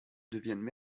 deviennent